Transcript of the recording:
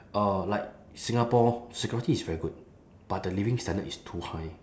uh like singapore security is very good but the living standard is too high